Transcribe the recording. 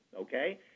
okay